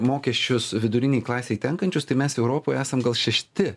mokesčius vidurinei klasei tenkančius tai mes europoj esam gal šešti